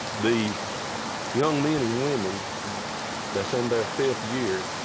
the young men and women that's in their fifth year,